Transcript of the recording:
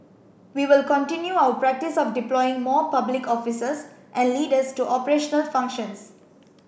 we will continue our practice of deploying more public officers and leaders to operational functions